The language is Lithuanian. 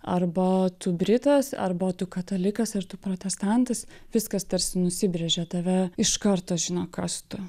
arba tu britas arba tu katalikas ar tu protestantas viskas tarsi nusibrėžia tave iš karto žino kas tu